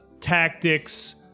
tactics